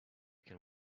can